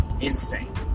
Insane